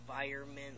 environment